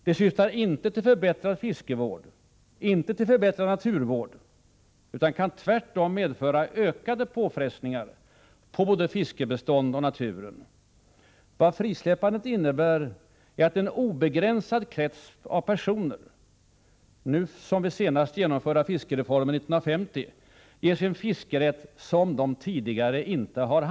Det syftar inte till förbättrad fiskevård, inte till förbättrad naturvård, utan kan tvärtom medföra ökade påfrestningar på både fiskebestånd och natur. Vad frisläppandet innebär är att en obegränsad krets av personer — nu som vid den senast genomförda fiskereformen 1950 — ges en fiskerätt som de tidigare inte haft.